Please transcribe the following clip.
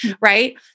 right